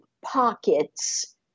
pockets